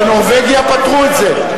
בנורבגיה פתרו את זה.